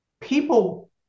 people